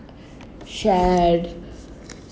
shared